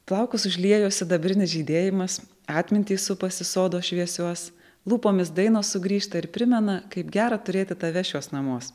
plaukus užliejo sidabrinis žydėjimas atmintį supasi sodo šviesiuos lūpomis dainos sugrįžta ir primena kaip gera turėti tave šiuos namus